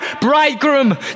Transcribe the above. bridegroom